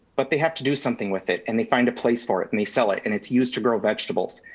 but they have to do something with it and they find a place for it and they sell it and it's used to grow vegetables.